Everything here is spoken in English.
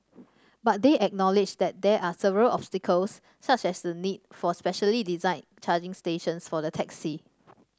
but they acknowledged that there are several obstacles such as the need for specially designed charging stations for the taxi